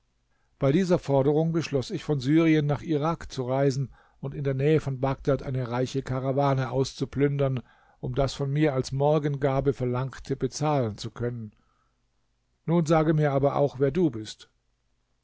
bei dieser forderung beschloß ich von syrien nach irak zu reisen und in der nähe von bagdad eine reiche karawane auszuplündern um das von mir als morgengabe verlangte bezahlen zu können nun sage mir aber auch wer du bist